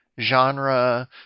genre